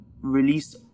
release